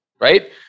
right